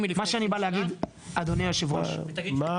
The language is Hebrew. מה שאני בא להגיד אדוני היושב ראש הוא